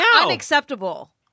unacceptable